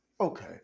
Okay